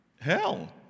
Hell